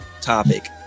topic